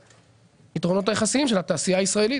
היתרונות היחסיים של התעשייה הישראלית,